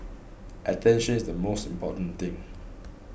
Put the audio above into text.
attention is the most important thing